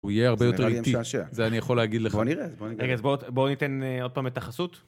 הוא יהיה הרבה יותר איטי, זה אני יכול להגיד לכם. בוא נראה, בוא נראה. רגע, אז בואו ניתן עוד פעם את החסות.